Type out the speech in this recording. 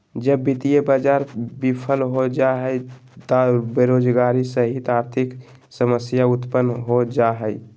जब वित्तीय बाज़ार बिफल हो जा हइ त बेरोजगारी सहित आर्थिक समस्या उतपन्न हो जा हइ